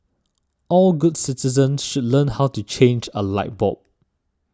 all good citizens should learn how to change a light bulb